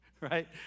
right